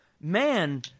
man